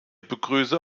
begrüße